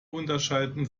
unterscheiden